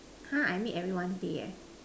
ha I make everyone's day eh